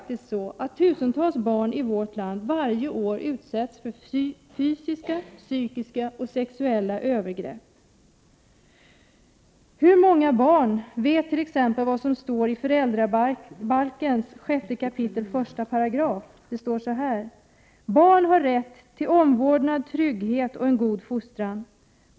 Tusentals barn utsätts faktiskt varje år för fysiska, psykiska och sexuella övergrepp. Hur många barn vet t.ex. vad som står i föräldrabalkens 6 kap. 1 §? Det står så här: ”Barn har rätt till omvårdnad, trygghet och en god fostran.